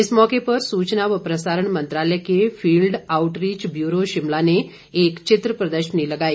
इस मौके पर सूचना व प्रसारण मंत्रालय के फील्ड आऊटरीच ब्यूरो शिमला ने एक चित्र प्रदर्शन लगाई